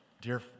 Dear